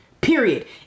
period